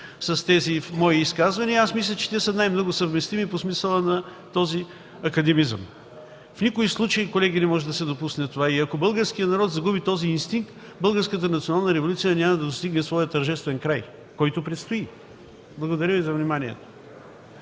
с тези мои изказвания. Мисля, че са най-много съвместими по смисъла на този академизъм. Колеги, в никакъв случай не може да се допусне това. Ако българският народ загуби този инстинкт, българската национална революция няма да достигне своя тържествен край, който предстои. Благодаря Ви за вниманието.